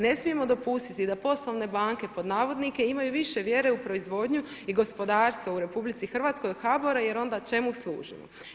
Ne smijemo dopustiti da poslovne banke pod navodnike imaju više vjere u proizvodnju i gospodarstvo u RH od HBOR-a jer onda čemu služimo.